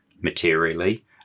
materially